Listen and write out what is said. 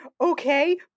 okay